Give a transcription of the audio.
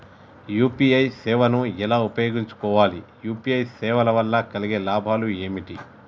UPI సేవను ఎలా ఉపయోగించు కోవాలి? యూ.పీ.ఐ సేవల వల్ల కలిగే లాభాలు ఏమిటి?